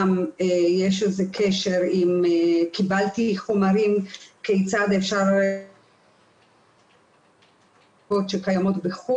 יש איזה קשר וקיבלתי חומרים כיצד אפשר לראות את הערכות שקיימות בחוץ